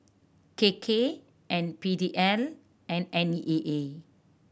K K and P D and and N E A A